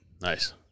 Nice